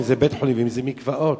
אם בית-חולים ואם מקוואות.